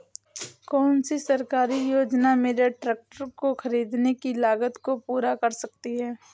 कौन सी सरकारी योजना मेरे ट्रैक्टर को ख़रीदने की लागत को पूरा कर सकती है?